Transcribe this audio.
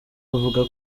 avuga